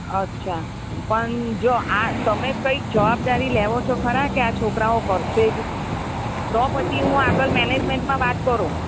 અચ્છા પણ જો આ તમે કંઈક જવાબદારી લેઓ છો ખરા કે આ છોકરાઓ કરશે જ તો પછી હું આગળ મેનેજમેન્ટમાં વાત કરું